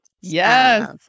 Yes